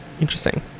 Interesting